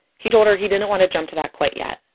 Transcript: he told her he didn't want to jump to that quite yet.